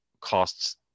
costs